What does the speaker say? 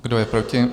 Kdo je proti?